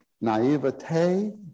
naivete